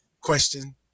question